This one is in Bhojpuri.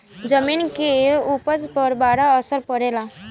जमीन के उपज पर बड़ा असर पड़ेला